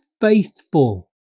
faithful